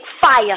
fire